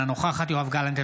אינה נוכחת יואב גלנט,